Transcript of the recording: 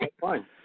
fine